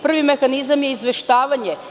Prvi mehanizam je izveštavanje.